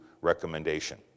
recommendation